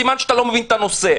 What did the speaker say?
סימן שאתה לא מבין את הנושא.